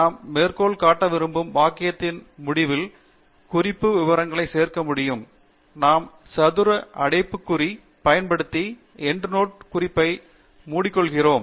நாம் மேற்கோள் காட்ட விரும்பும் வாக்கியத்தின் முடிவில் குறிப்பு விவரங்களைச் சேர்க்க முடியும் நாம் சதுர அடைப்புக்குறி பயன்படுத்தி எண்ட் நோட் குறிப்பை மூடிக்கொள்கிறோம்